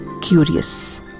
curious